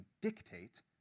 dictate